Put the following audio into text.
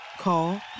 Call